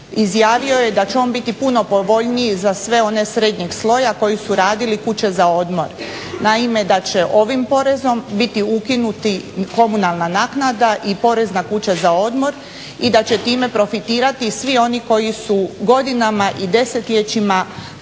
izjavio je da će on biti puno povoljniji za sve one srednjeg sloja koji su radili kuće za odmor. Naime da će ovim porezom biti ukinuti komunalna naknada i porez na kuće za odmor i da će time profitirati svi oni koji su godinama i desetljećima raditi